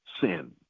sin